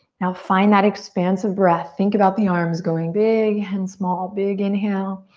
now find that expansive breath. think about the arms going big and small. big inhale.